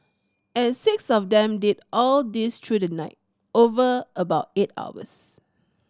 and six of them did all this through the night over about eight hours